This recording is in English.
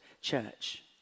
church